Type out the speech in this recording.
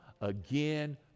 again